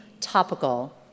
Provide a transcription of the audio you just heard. topical